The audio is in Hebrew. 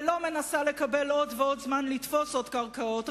ולא מנסה לקבל עוד ועוד זמן לתפוס עוד קרקעות,